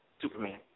Superman